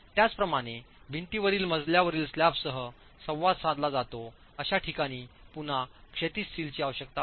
त्याचप्रमाणे भिंतीवर मजल्यावरील स्लॅबसह संवाद साधला जातो अशा ठिकाणी पुन्हा क्षैतिज स्टीलची आवश्यकता असते